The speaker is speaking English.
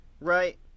Right